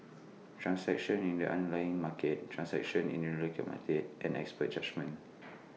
transactions in the underlying market transactions in related markets and expert judgement